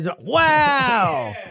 Wow